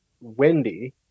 Wendy